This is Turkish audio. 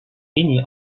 iyi